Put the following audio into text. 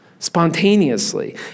spontaneously